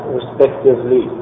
respectively